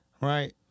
right